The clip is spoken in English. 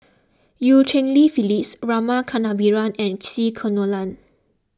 Eu Cheng Li Phyllis Rama Kannabiran and C Kunalan